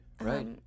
right